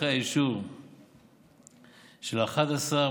אחרי האישור של ה-11,